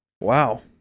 Wow